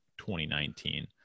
2019